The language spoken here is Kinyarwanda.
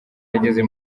yageze